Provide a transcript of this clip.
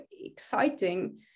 exciting